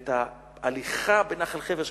ואת ההליכה בנחל חבר,